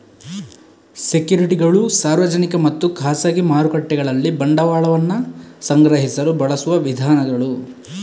ಸೆಕ್ಯುರಿಟಿಗಳು ಸಾರ್ವಜನಿಕ ಮತ್ತು ಖಾಸಗಿ ಮಾರುಕಟ್ಟೆಗಳಲ್ಲಿ ಬಂಡವಾಳವನ್ನ ಸಂಗ್ರಹಿಸಲು ಬಳಸುವ ವಿಧಾನಗಳು